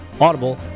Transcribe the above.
Audible